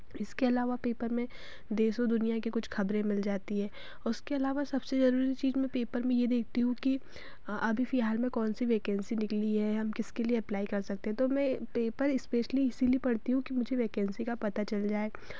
इसके अलावा पेपर में देश और दुनिया की कुछ खबरें मिल जाती है उसके अलावा सबसे जरूरी चीज़ में पेपर में ये देखती हूँ कि अभी फिलहाल में कौन सी वैकेंसी निकली है हम किसके लिए अप्लाई कर सकते हैं तो मैं पेपर स्पेशली इसीलिए पढ़ती हूँ कि मुझे वैकेंसी का पता चल जाए